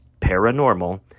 paranormal